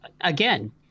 again